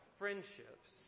friendships